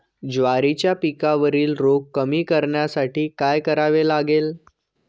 ज्वारीच्या पिकावरील रोग कमी करण्यासाठी काय करावे लागेल?